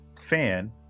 fan